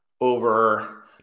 over